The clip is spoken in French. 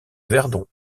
verdon